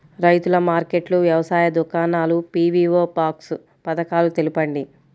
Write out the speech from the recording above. రైతుల మార్కెట్లు, వ్యవసాయ దుకాణాలు, పీ.వీ.ఓ బాక్స్ పథకాలు తెలుపండి?